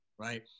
Right